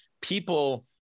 people